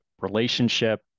relationship